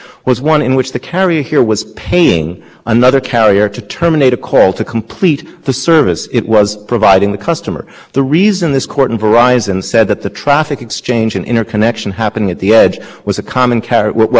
about interconnection we haven't talked about notice here but the starkest notice violation in this segment of the argument was interconnection every theory that we've been talking about today was completely absent from the record from the notice